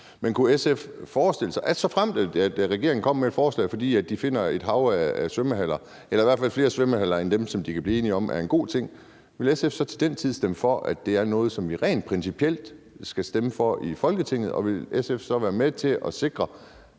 med kommunerne. Såfremt regeringen kommer med et forslag, fordi de finder et hav af svømmehaller eller i hvert fald flere svømmehaller end dem, som de kan blive enige om er en god ting, vil SF så til den tid kunne stemme for, at det er noget, som vi rent principielt skal stemme for i Folketinget, og vil SF så være med til på